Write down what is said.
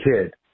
kid